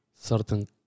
certain